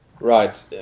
Right